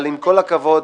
אבל עם כל הכבוד,